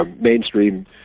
Mainstream